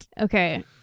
Okay